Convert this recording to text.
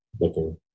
looking